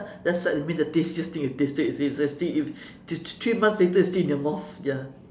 that's what you mean the tastiest thing you've tasted is it that's why still if three months later it's still in your mouth ya